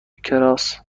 کراس